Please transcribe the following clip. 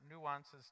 nuances